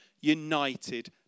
united